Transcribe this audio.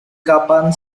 kapan